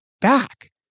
back